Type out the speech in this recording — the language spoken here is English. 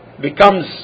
becomes